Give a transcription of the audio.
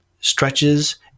stretches